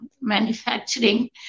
manufacturing